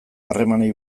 harremanei